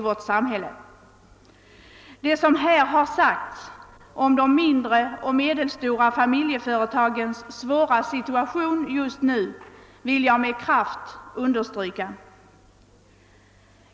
Det som i debatten sagts om de mindre och medelstora familjeföretagens svåra situation just nu vill jag med kraft understryka.